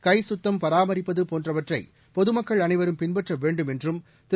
கை கத்தம் பராமரிப்பது போன்றவற்றை பொதுமக்கள் அனைவரும் பின்பற்ற வேண்டும் என்றும் திரு